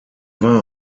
war